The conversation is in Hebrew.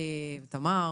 שלום תמר